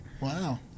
Wow